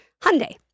Hyundai